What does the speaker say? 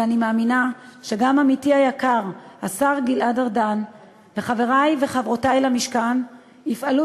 ואני מאמינה שגם עמיתי היקר השר גלעד ארדן וחברי וחברותי למשכן יפעלו